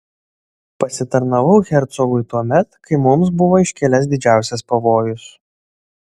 pasitarnavau hercogui tuomet kai mums buvo iškilęs didžiausias pavojus